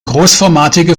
großformatige